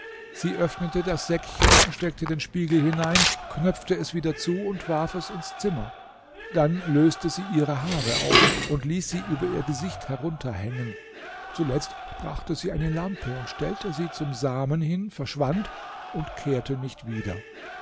sie öffnete das säckchen steckte den spiegel hinein knüpfte es wieder zu und warf es ins zimmer dann löste sie ihre haare auf und ließ sie über ihr gesicht herunterhängen zuletzt brachte sie eine lampe und stellte sie zum samen hin verschwand und kehrte nicht wieder